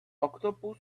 octopus